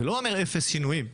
זה לא אומר אפס שינויים.